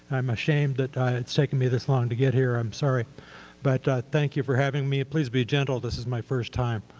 i'm ashamed that it's taken me this long to get here. i'm sorry. but thank you for having me. please be gentle, this is my first time.